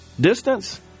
distance